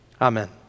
Amen